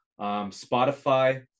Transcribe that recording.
Spotify